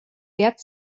get